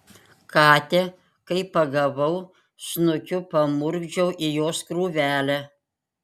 katę kai pagavau snukiu pamurkdžiau į jos krūvelę